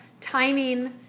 timing